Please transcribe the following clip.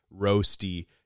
roasty